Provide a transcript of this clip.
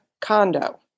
condo